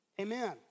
Amen